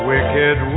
Wicked